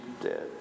dead